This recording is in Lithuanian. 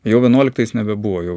jau vienuoliktais nebebuvo jau